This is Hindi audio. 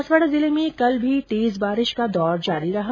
बांसवाडा जिले में कल भी तेज बारिश का दौर जारी रहा